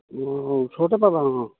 অঁ পাবা অঁ